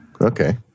Okay